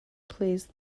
plays